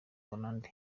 hollande